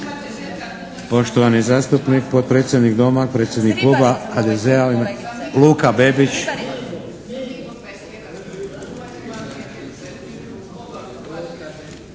Poštovani zastupnik potpredsjednik Doma, predsjednik kluba HDZ-a u